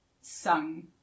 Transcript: sung